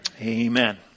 Amen